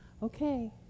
Okay